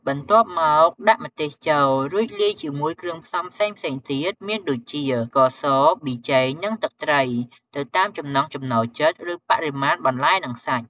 បន្ទាប់មកដាក់ម្ទេសចូល រួចលាយជាមួយគ្រឿងផ្សំផ្សេងៗទៀតមានដូចជា ស្ករស ប៊ីចេង និងទឹកត្រី ទៅតាមចំណង់ចំណូលចិត្តឬបរិមាណបន្លែនិងសាច់។